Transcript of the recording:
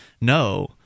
no—